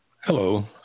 Hello